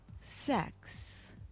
Sex